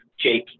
jake